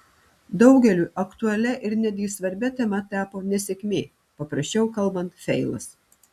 daugeliui aktualia ir netgi svarbia tema tapo nesėkmė paprasčiau kalbant feilas